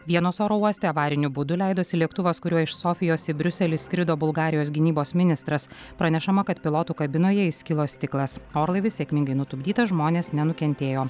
vienos oro uoste avariniu būdu leidosi lėktuvas kuriuo iš sofijos į briuselį skrido bulgarijos gynybos ministras pranešama kad pilotų kabinoje įskilo stiklas orlaivis sėkmingai nutupdytas žmonės nenukentėjo